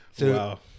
wow